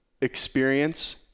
experience